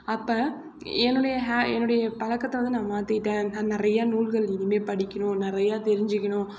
அப்போ என்னுடைய ஹா என்னுடைய பழக்கத்தை வந்து நான் மாத்திட்டேன் நிறையா நூல்கள் இனிமே படிக்கணும் நிறையா தெரிஞ்சுக்கணும்